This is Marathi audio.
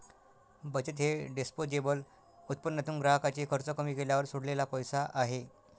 बचत हे डिस्पोजेबल उत्पन्नातून ग्राहकाचे खर्च कमी केल्यावर सोडलेला पैसा आहे